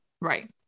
Right